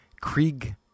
Krieg